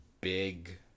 big